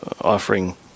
offering